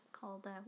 called